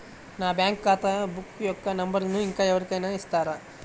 నా బ్యాంక్ ఖాతా బుక్ యొక్క నంబరును ఇంకా ఎవరి కైనా ఇస్తారా?